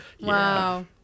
Wow